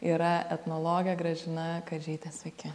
yra etnologė gražina kadžytė sveiki